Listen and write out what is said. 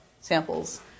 samples